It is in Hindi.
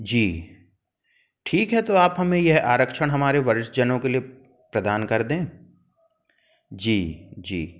जी ठीक है तो आप हमें यह आरक्षण हमारे वरिष्ठ जन के लिए प्रदान कर दें जी जी